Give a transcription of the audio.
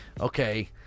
Okay